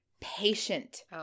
patient